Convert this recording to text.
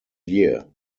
year